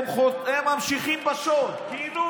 הוא קיבל 4 מיליון שקל, ותמורת זה הוא קידם חוק.